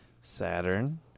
Saturn